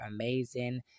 amazing